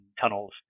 tunnels